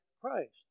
Christ